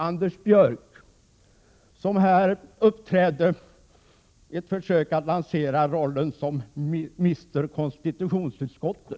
Anders Björck uppträder här i ett försök att lansera sig i rollen som ”Mr Konstitutionsutskott”.